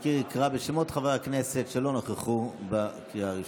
המזכיר יקרא בשמות חברי הכנסת שלא נכחו בקריאה הראשונה.